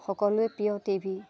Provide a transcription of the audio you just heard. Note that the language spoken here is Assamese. সকলোৱে প্ৰিয় টি ভি